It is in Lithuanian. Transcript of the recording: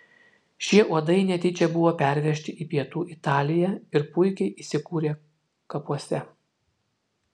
šie uodai netyčia buvo pervežti į pietų italiją ir puikiai įsikūrė kapuose